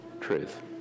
truth